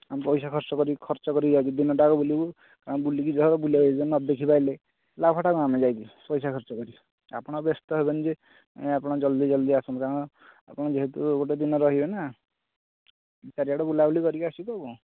ଆମେ ପଇସା ଖର୍ଚ୍ଚ କରିକି ଖର୍ଚ୍ଚ କରିକି ଯାଉଛୁ ଦିନଟାଯାକ ବୁଲିବୁ ଆମେ ବୁଲିକି ଧର ବୁଲିବାକୁ ଯାଇଛୁ ଯଦି ନଦେଖି ପାଇଲେ ଲାଭଟା କ'ଣ ଆମେ ଯାଇକି ପଇସା ଖର୍ଚ୍ଚ କରି ଆପଣ ବ୍ୟସ୍ତ ହେବେନି ଯେ ଆପଣ ଜଲ୍ଦି ଜଲ୍ଦି ଆସନ୍ତୁ କାରଣ ଆପଣ ଯେହେତୁ ଗୋଟେ ଦିନ ରହିବେ ନା ଚାରିଆଡ଼େ ବୁଲାବୁଲି କରିକି ଆସିବୁ ଆଉ କ'ଣ